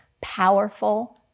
powerful